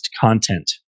content